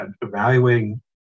evaluating